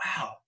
wow